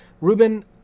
Ruben